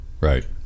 Right